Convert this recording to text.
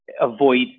avoid